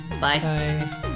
Bye